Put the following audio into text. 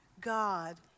God